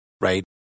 right